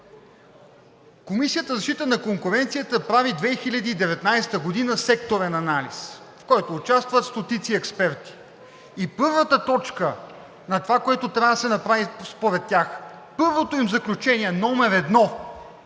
Комисията за защита на конкуренцията прави секторен анализ, в който участват стотици експерти. Първата точка на това, което трябва да се направи според тях, първото им заключение – номер едно